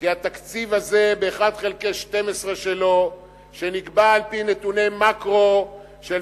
כי עד שאלה לא נקבעים, אין תקציב.